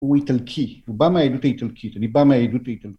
הוא איטלקי, הוא בא מהעדות איטלקית, הוא ניבא מהעדות איטלקית.